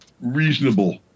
reasonable